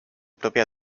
propia